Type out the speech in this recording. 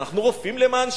אנחנו רופאים למען שלום,